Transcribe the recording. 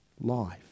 life